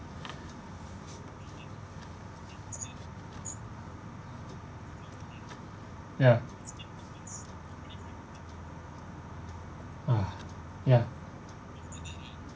ya ah ya